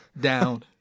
down